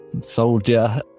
soldier